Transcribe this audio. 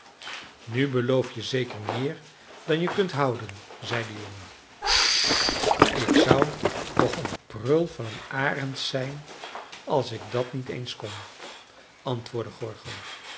nu beloof je zeker meer dan je kunt houden zei de jongen ik zou toch een prul van een arend zijn als ik dat niet eens kon antwoordde gorgo